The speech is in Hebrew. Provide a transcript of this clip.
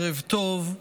ערב טוב.